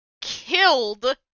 killed